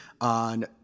on